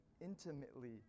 intimately